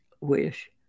wish